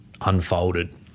unfolded